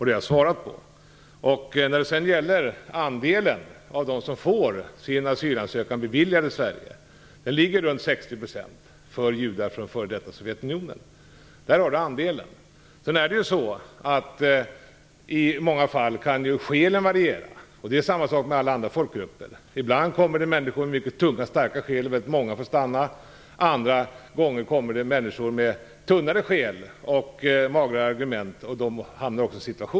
Det har jag svarat på. Andelen judar från f.d. Sovjetunionen som får sin asylansökan beviljad i Sverige ligger runt 60 %. I många fall kan skälen variera. Det är samma sak med alla andra folkgrupper. Ibland kommer det människor med mycket tunga och starka skäl som får stanna. Andra gånger kommer det människor med tunnare skäl och magrare argument.